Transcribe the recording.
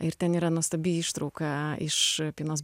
ir ten yra nuostabi ištrauka iš